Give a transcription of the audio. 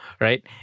right